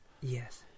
Yes